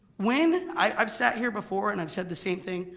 when, i've sat here before and i've sad the same thing,